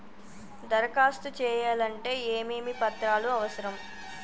దరఖాస్తు చేయాలంటే ఏమేమి పత్రాలు అవసరం?